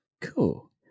Cool